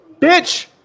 bitch